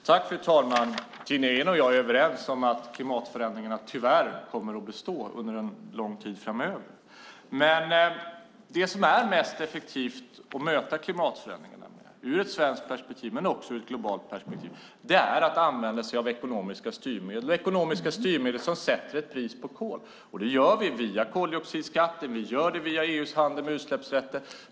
Fru ålderspresident! Tina Ehn och jag är överens om att klimatförändringarna tyvärr kommer att bestå under en lång tid framöver. Det som är mest effektivt att möta klimatförändringarna med ur ett svenskt perspektiv men också ur ett globalt perspektiv är att använda sig av ekonomiska styrmedel som sätter ett pris på kol. Det gör vi via koldioxidskatten. Vi gör det via EU:s handel med utsläppsrätter.